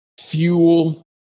fuel